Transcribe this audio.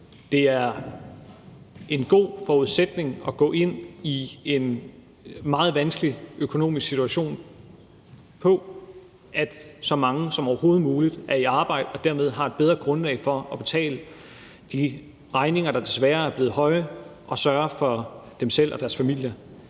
Det er en god forudsætning, når vi går ind i en meget vanskelig økonomisk situation, at så mange som overhovedet muligt er i arbejde og dermed har et bedre grundlag for at betale de regninger, der desværre er blevet høje, og sørge for sig selv og deres familie.